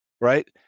Right